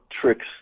tricks